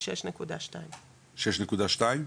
6.2 6.2?